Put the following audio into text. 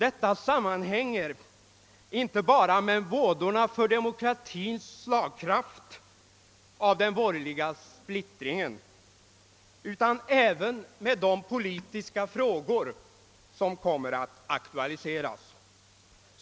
Detta sammanhänger inte bara med vådorna för demokratins slagkraft av den borgerliga splittringen utan även med de politiska frågor som kommer att aktualiseras.